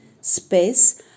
space